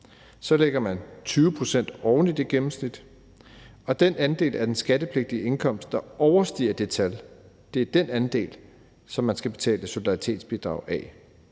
Så lægger man 20 pct. oven i det gennemsnit, og den andel af den skattepligtige indkomst, der overstiger det tal, er den andel, som man skal betale solidaritetsbidrag af.